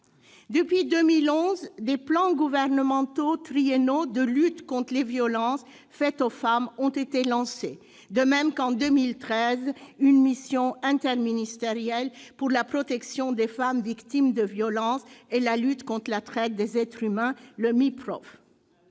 Depuis 2011, des plans gouvernementaux triennaux de lutte contre les violences faites aux femmes ont été lancés, ainsi que, en 2013, une mission interministérielle pour la protection des femmes victimes de violences et la lutte contre la traite des êtres humains, la MIPROF.